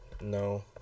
No